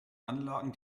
anlagen